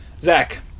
Zach